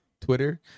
Twitter